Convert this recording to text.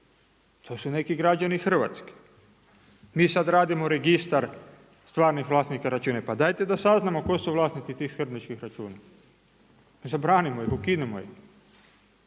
To su neki građani Hrvatske. Mi sad radimo registar stvarnih vlasnika računa. Pa dajte da saznamo tko su vlasnici tih skrbničkih računa. Zabranimo ih, ukinimo ih.